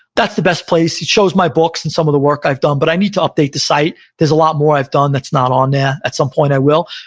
that's the best place. it shows my books and some of the work i've done, but i need to update the site. there's a lot more i've done that's not on there. at some point i will.